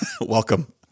welcome